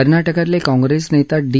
कर्नाटकातले काँग्रेस नेता डी